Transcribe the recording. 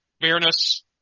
fairness